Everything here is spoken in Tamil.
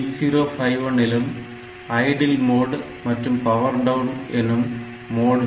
8051 இலும் ஐடில் மோட் மற்றும் பவர் டவுன் எனும் மோட்கள் உண்டு